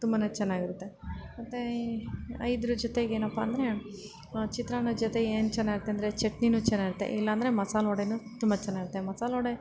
ತುಂಬನೇ ಚೆನ್ನಾಗಿರುತ್ತೆ ಮತ್ತು ಇದ್ರ ಜೊತೆಗೆ ಏನಪ್ಪ ಅಂದರೆ ಚಿತ್ರಾನ್ನದ ಜೊತೆ ಏನು ಚೆನ್ನಾಗಿರುತ್ತೆ ಅಂದರೆ ಚಟ್ನಿಯೂ ಚೆನ್ನಾಗಿರುತ್ತೆ ಇಲ್ಲ ಅಂದ್ರೆ ಮಸಾಲ ವಡೆಯೂ ತುಂಬ ಚೆನ್ನಾಗಿರುತ್ತೆ ಮಸಾಲ ವಡೆ